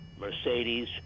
mercedes